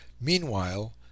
Meanwhile